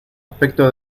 aspecto